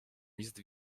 list